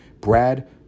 Brad